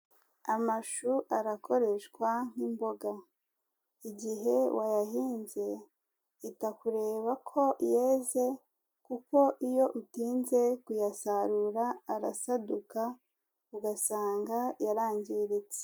Amashu arakoreshwa nk'imboga, igihe wayahinze ita kureba ko yeze kuko iyo utinze kuyasarura arasaduka ugasanga yarangiritse.